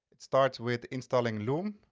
it starts with installing loom.